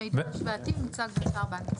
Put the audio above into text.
המידע ההשוואתי מוצג באתר בנק ישראל.